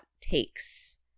takes